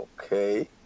okay